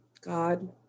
God